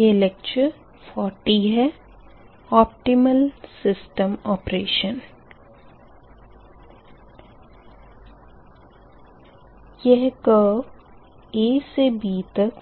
यह curve A से B तक